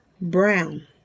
brown